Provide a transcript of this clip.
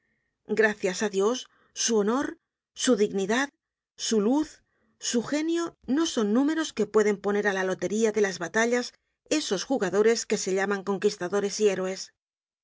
gracias á dios su honor su dignidad su luz su genio no son números que pueden poner á la lotería de las batallas esos jugadores que se llaman conquistadores y héroes